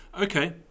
Okay